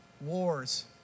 wars